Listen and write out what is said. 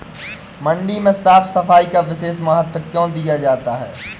मंडी में साफ सफाई का विशेष महत्व क्यो दिया जाता है?